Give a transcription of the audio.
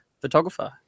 photographer